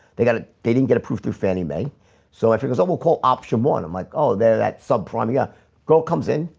they got it. they didn't get approved through fannie mae so i figure so we'll call option one i'm like, oh there that subprime. yeah girl comes in.